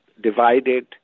divided